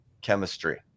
chemistry